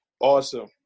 Awesome